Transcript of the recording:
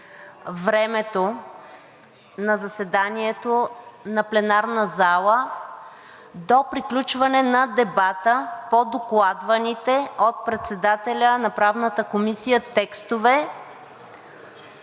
времето на заседанието на пленарната зала до приключване на дебата по докладваните от председателя на Правната комисия текстове,